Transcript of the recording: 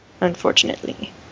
unfortunately